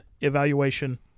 evaluation